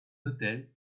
hôtel